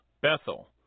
Bethel